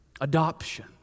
Adoption